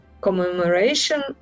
commemoration